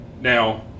now